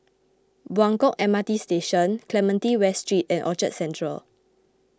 Buangkok M R T Station Clementi West Street and Orchard Central